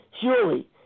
Surely